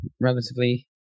relatively